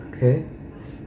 okay